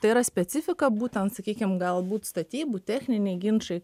tai yra specifika būtent sakykim galbūt statybų techniniai ginčai